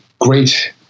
great